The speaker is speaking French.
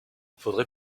faudrait